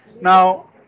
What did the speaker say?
Now